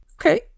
Okay